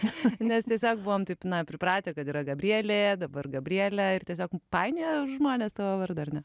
nes tiesiog buvome taip na pripratę kad yra gabrielė dabar gabrielė ir tiesiog painioja žmones tavo vardą